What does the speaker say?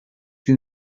gün